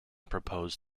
proposed